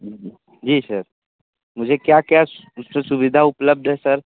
जी sir मुझे क्या क्या सुविधा उपलब्ध है सर